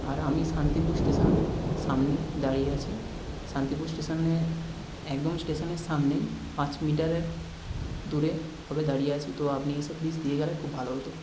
আর আমি শান্তিপুর স্টেশন সামনে দাঁড়িয়ে আছি শান্তিপুর স্টেশানে একদম স্টেশানের সামনেই পাঁচ মিটারের দূরে হবে দাঁড়িয়ে আছি তো আপনি এসে প্লিজ দিয়ে গেলে খুব ভালো হতো